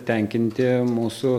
tenkinti mūsų